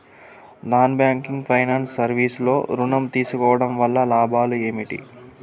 Non banking finance service లో ఋణం తీసుకోవడం వల్ల లాభాలు ఏమిటి?